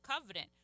covenant